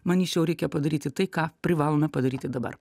manyčiau reikia padaryti tai ką privalome padaryti dabar